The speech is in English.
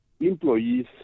employees